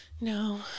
No